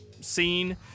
scene